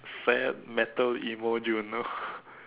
fab metal emo June no